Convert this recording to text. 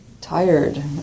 tired